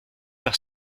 par